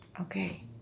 Okay